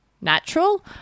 natural